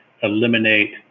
eliminate